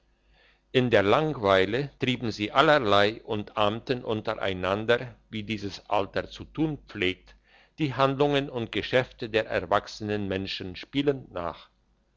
in der langweile trieben sie allerlei und ahmten untereinander wie dieses alter zu tun pflegt die handlungen und geschäfte der erwachsenen menschen spielend nach